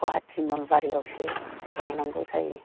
गुवाहाटी नलबारियावसो लांनांगौ जायो